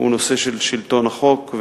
הוא נושא של שלטון החוק,